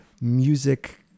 music